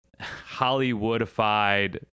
Hollywoodified